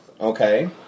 okay